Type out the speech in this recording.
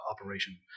operation